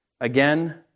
again